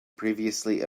previously